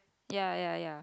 ya ya ya